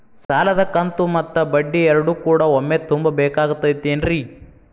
ಸಾಲದ ಕಂತು ಮತ್ತ ಬಡ್ಡಿ ಎರಡು ಕೂಡ ಒಮ್ಮೆ ತುಂಬ ಬೇಕಾಗ್ ತೈತೇನ್ರಿ?